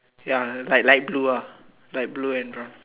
ya like like light blue ah light blue and brown